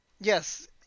Yes